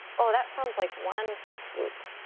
oh that sounds like one swoop.